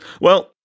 Well-